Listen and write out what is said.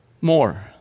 more